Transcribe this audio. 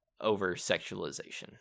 over-sexualization